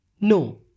No